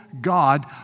God